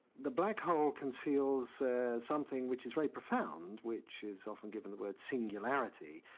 the black hole conceals something which is very profound, which is often given the word singularity.